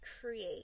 create